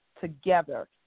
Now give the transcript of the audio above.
together